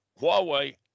Huawei